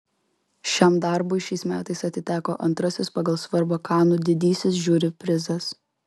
šiam darbui šiais metais atiteko antrasis pagal svarbą kanų didysis žiuri prizas